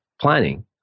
planning